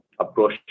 approach